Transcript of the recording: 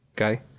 Okay